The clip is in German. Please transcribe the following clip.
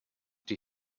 die